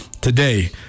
today